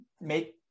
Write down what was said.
make